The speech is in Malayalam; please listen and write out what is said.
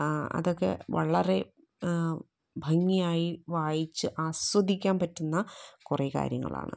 അതൊക്കെ വളരെ ഭംഗിയായി വായിച്ച് ആസ്വദിക്കാൻ പറ്റുന്ന കുറെ കാര്യങ്ങളാണ്